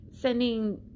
Sending